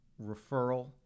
referral